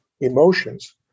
emotions